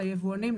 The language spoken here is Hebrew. ליבואנים,